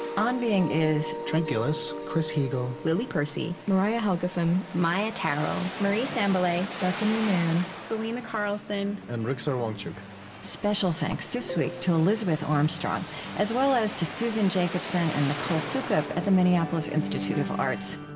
on being is trent gilliss, chris heagle, lily percy, mariah helgeson, maia tarrell, marie sambilay, bethanie mann, selena carlson, and rigsar wangchuk special thanks this week to elizabeth armstrong as well as to susan jacobsen and nicole soukup at the minneapolis institute of arts